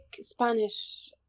Spanish